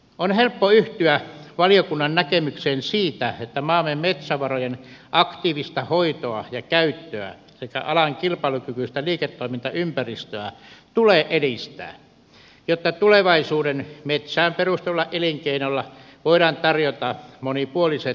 on helppo yhtyä valiokunnan näkemykseen siitä että maamme metsävarojen aktiivista hoitoa ja käyttöä sekä alan kilpailukykyistä liiketoimintaympäristöä tulee edistää jotta tulevaisuuden metsään perustuville elinkeinoille voidaan tarjota monipuoliset mahdollisuudet